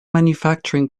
manufacturing